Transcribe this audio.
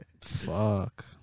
Fuck